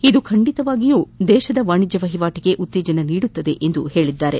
ಇದು ಖಂಡಿತವಾಗಿಯೂ ದೇಶದ ವಾಣಿಜ್ಯ ವಹಿವಾಟಿಗೆ ಉತ್ತೇಜನ ನೀಡುತ್ತದೆ ಎಂದು ಹೇಳಿದ್ದಾರೆ